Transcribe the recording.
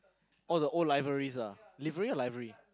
oh the old libraries ah library or library